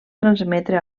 transmetre